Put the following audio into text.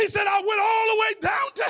he said, i went all the way down to